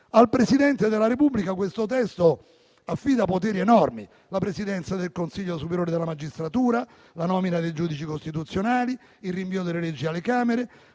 al Presidente della Repubblica: la Presidenza del Consiglio superiore della magistratura, la nomina dei giudici costituzionali, il rinvio delle leggi alle Camere,